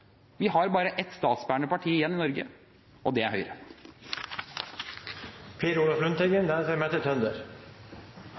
Vi har bare ett statsbærende parti igjen i Norge, og det er